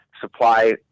supply